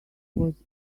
was